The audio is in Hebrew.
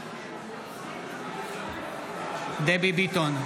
דבי ביטון,